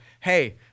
Hey